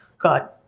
God